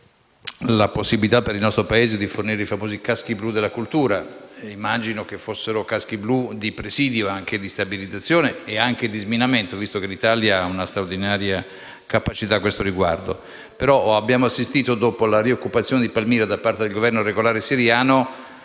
la possibilità, per il nostro Paese, di favorire i famosi caschi blu della cultura. Immagino che fossero di presidio, stabilizzazione e anche per lo sminamento, visto che l'Italia ha una straordinaria capacità a questo riguardo. Abbiamo assistito, però, dopo la rioccupazione di Palmira da parte dell'esercito regolare siriano,